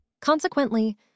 Consequently